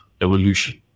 evolution